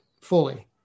fully